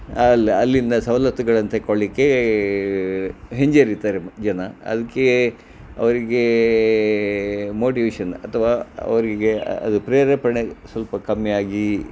ಅಲ್ಲಿ ಅಲ್ಲಿಂದ ಸವಲತ್ತುಗಳನ್ನ ತೆಕ್ಕೊಳ್ಳಿಕ್ಕೆ ಹಿಂಜರಿತಾರೆ ಜನ ಅದಕ್ಕೆ ಅವರಿಗೆ ಮೋಟಿವೇಷನ್ ಅಥವಾ ಅವರಿಗೆ ಅದು ಪ್ರೇರೇಪಣೆ ಸ್ವಲ್ಪ ಕಮ್ಮಿಯಾಗಿ